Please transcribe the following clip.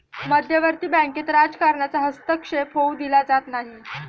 मध्यवर्ती बँकेत राजकारणाचा हस्तक्षेप होऊ दिला जात नाही